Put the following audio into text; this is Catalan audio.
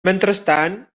mentrestant